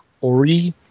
Ori